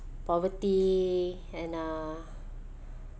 poverty and uh